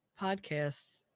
podcasts